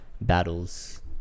battles